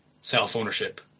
self-ownership